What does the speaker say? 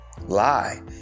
lie